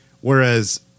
Whereas